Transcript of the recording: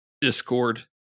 Discord